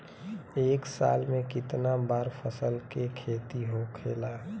एक साल में कितना बार फसल के खेती होखेला?